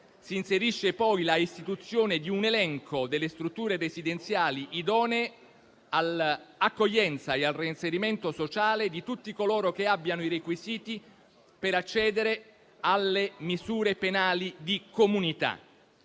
si inserisce poi l'istituzione di un elenco delle strutture residenziali idonee all'accoglienza e al reinserimento sociale di tutti coloro che abbiano i requisiti per accedere alle misure penali di comunità.